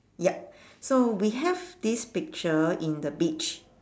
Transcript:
yup so we have this picture in the beach